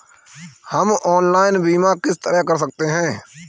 हम ऑनलाइन बीमा किस तरह कर सकते हैं?